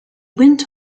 went